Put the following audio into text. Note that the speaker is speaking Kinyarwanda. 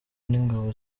n’ingabo